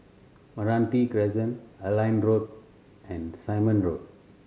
Meranti Crescent Airline Road and Simon Road